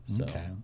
Okay